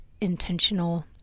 intentional